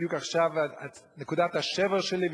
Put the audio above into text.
בדיוק עכשיו נקודת השבר שלי,